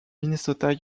minnesota